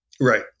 Right